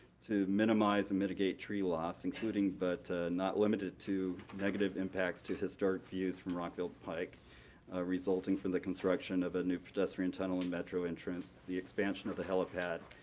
to minimize and mitigate tree loss, including but not limited to negative impacts to historic views from rockville pike resulting from the construction of a new pedestrian tunnel and metro entrance, the expansion of the helipad,